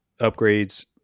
upgrades